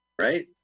right